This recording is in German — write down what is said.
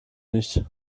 nicht